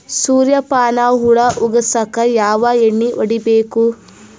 ಸುರ್ಯಪಾನ ಹುಳ ಹೊಗಸಕ ಯಾವ ಎಣ್ಣೆ ಹೊಡಿಬೇಕು?